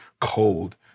cold